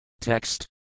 Text